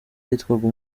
yitwaga